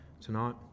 tonight